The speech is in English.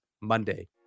Monday